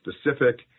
specific